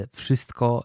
wszystko